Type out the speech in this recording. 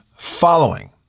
following